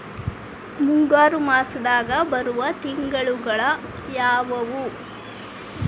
ಮುಂಗಾರು ಮಾಸದಾಗ ಬರುವ ತಿಂಗಳುಗಳ ಯಾವವು?